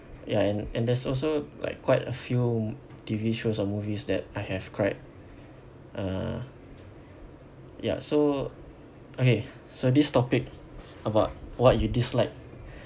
ya and and there's also like quite a few mo~ T_V shows or movies that I have cried uh ya so okay so this topic about what you dislike